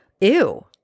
Ew